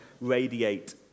radiate